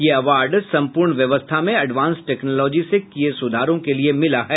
ये अवार्ड संपूर्ण व्यवस्था में एडवांस टेक्नोलॉजी से किये सुधारों के लिये मिला है